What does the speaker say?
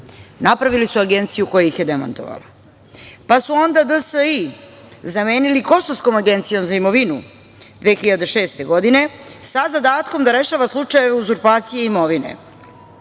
Napravili su agenciju koja ih je demantovala. Pa su onda DSI zamenili Kosovskom agencijom za imovinu 2006. godine, sa zadatkom da rešava slučajeve uzurpacije imovine.